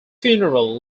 funeral